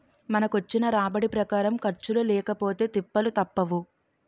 మనకొచ్చిన రాబడి ప్రకారం ఖర్చులు లేకపొతే తిప్పలు తప్పవు